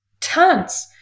tons